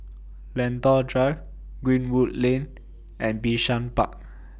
Lentor Drive Greenwood Lane and Bishan Park